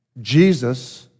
Jesus